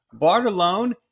Bartalone